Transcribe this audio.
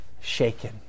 shaken